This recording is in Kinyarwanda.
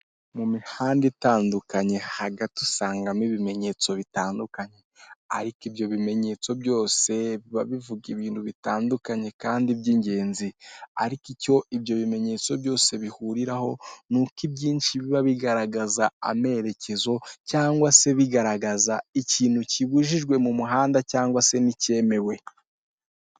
Icyapa kigaragaza ibitaro bya police, kikaba kigizwe n'amabara y'umutuku, umweru n'ubururu, kikaba kigizwe n'ibarangantego bibiri hari icy'u Rwanda n'icya police, ik'icyapa kikaba giteye mu busitani.